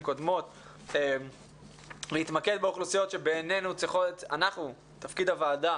קודמות - להתמקד באוכלוסיות שתפקיד הוועדה